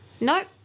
Nope